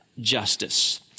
justice